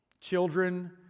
children